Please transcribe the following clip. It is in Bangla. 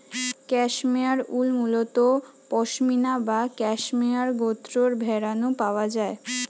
ক্যাশমেয়ার উল মুলত পসমিনা বা ক্যাশমেয়ার গোত্রর ভেড়া নু পাওয়া যায়